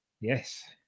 Yes